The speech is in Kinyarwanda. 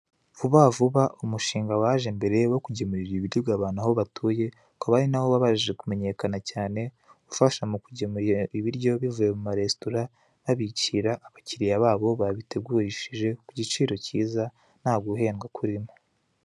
Vuba vuba umushinga waje mbere wo kugemurira ibiryo abantu aho batuye ukaba arinawo wabanje kumenyekana cyane ufasha mukugemurira ibiryo bivuye muma resitora babishyira abakiriya babo babitegurishije kugiciro kiza ntaguhendwa kurimo.